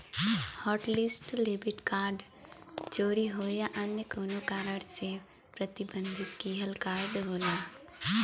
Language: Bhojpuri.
हॉटलिस्ट डेबिट कार्ड चोरी होये या अन्य कउनो कारण से प्रतिबंधित किहल कार्ड होला